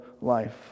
life